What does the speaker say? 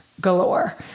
galore